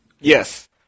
Yes